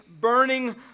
burning